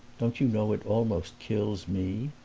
don't you know it almost kills me?